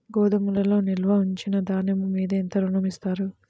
గోదాములో నిల్వ ఉంచిన ధాన్యము మీద ఎంత ఋణం ఇస్తారు?